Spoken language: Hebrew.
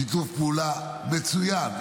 שיתוף פעולה מצוין,